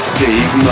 Steve